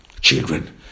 children